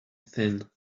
thin